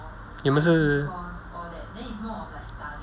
你们是